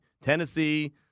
Tennessee